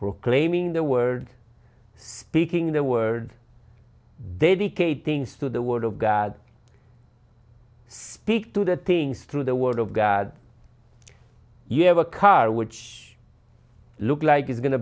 proclaiming the word speaking the word they dictate things to the word of god speak to the things through the word of god you have a car which looks like it's going to